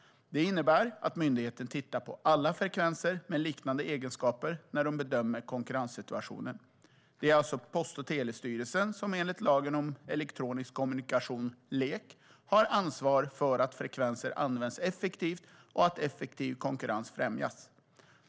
Det innebär att myndigheten tittar på alla frekvenser med liknande egenskaper när de bedömer konkurrenssituationen. Det är alltså Post och telestyrelsen som enligt lagen om elektronisk kommunikation, LEK, har ansvar för att frekvenser används effektivt och att effektiv konkurrens främjas.